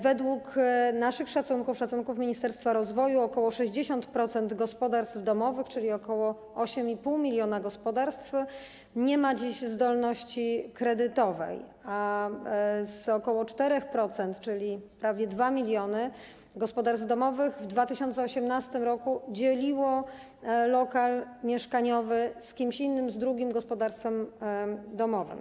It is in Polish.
Według naszych szacunków, szacunków Ministerstwa Rozwoju, ok. 60% gospodarstw domowych, czyli ok. 8,5 mln gospodarstw, nie ma dziś zdolności kredytowej, a ok. 4%, czyli prawie 2 mln gospodarstw domowych, w 2018 r. dzieliło lokal mieszkaniowy z kimś innym, z drugim gospodarstwem domowym.